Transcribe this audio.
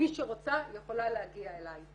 מי שרוצה יכולה להגיע אליי.